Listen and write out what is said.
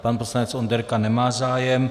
Pan poslanec Onderka nemá zájem.